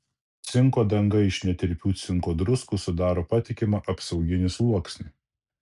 cinko danga iš netirpių cinko druskų sudaro patikimą apsauginį sluoksnį